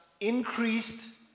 increased